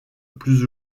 plus